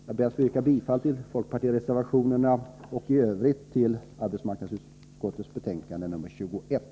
Jag ber att få yrka bifall till folkpartireservationerna och i Övrigt bifall till arbetsmarknadsutskottets betänkande nr 21.